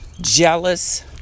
jealous